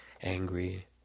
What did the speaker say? angry